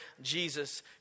Jesus